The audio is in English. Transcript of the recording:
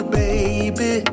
baby